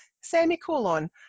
Semicolon